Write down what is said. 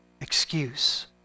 excuse